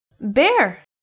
bear